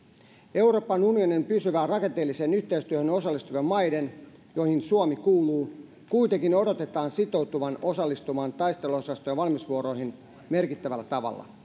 euroopan unionin pysyvään rakenteelliseen yhteistyöhön osallistuvien maiden joihin suomi kuuluu kuitenkin odotetaan sitoutuvan osallistumaan taisteluosastojen valmiusvuoroihin merkittävällä tavalla